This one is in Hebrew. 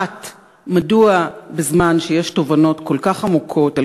1. מדוע בזמן שיש תובנות כל כך עמוקות על